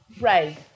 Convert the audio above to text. Ray